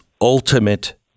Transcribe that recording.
ultimate